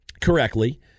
correctly